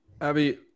abby